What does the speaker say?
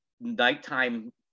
nighttime